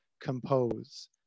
compose